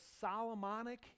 Solomonic